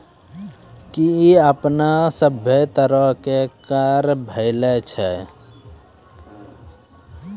कि अपने सभ्भे तरहो के कर भरे छिये?